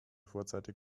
vorzeitig